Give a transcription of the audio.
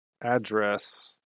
address